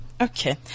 Okay